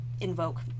invoke